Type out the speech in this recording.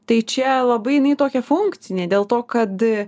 tai čia labai jinai tokia funkcinė dėl to kad